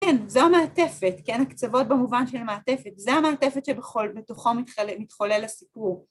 ‫כן, זו המעטפת, כן? ‫הקצוות במובן של מעטפת. ‫זו המעטפת שבתוכו מתחולל הסיפור.